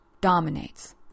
dominates